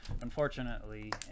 unfortunately